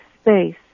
space